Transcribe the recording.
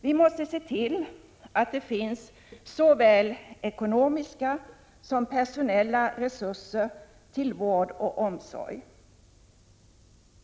Vi måste se till att det finns såväl ekonomiska som personella resurser till vård och omsorg.